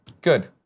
Good